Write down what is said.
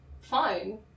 fine